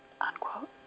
unquote